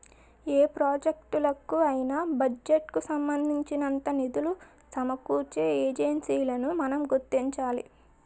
ఏ ప్రాజెక్టులకు అయినా బడ్జెట్ కు సంబంధించినంత నిధులు సమకూర్చే ఏజెన్సీలను మనం గుర్తించాలి